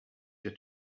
your